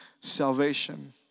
salvation